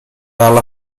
dalla